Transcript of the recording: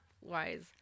Wise